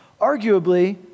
Arguably